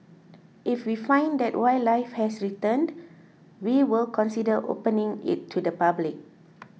if we find that wildlife has returned we will consider opening it to the public